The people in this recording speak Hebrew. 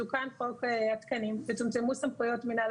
תוקן חוק התקנים וצומצמו סמכויות מינהל